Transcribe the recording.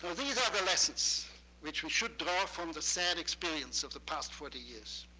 these are the lessons which we should draw from the sad experience of the past forty years,